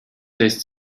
lässt